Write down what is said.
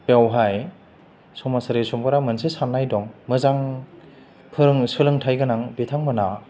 बेवहाय समाजारि सुबुंफोरा मोनसे साननाय दं मोजां फोरोङो सोलोंथाइ गोनां बिथांमोनहा